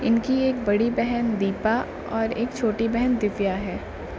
ان کی ایک بڑی بہن دیپا اور ایک چھوٹی بہن دیویا ہے